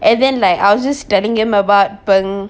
and then like I was just telling him about peng